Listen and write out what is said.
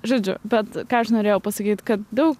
žodžiu bet ką aš norėjau pasakyt kad daug